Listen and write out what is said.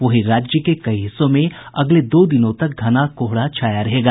वहीं राज्य के कई हिस्सों में अगले दो दिनों तक घना कोहरा छाया रहेगा